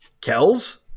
Kells